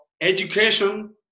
education